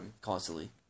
Constantly